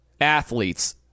athletes